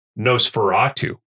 Nosferatu